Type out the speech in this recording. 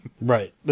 Right